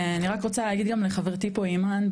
ואני רק רוצה להגיד גם לחברתי פה אימאן,